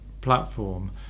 platform